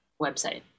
website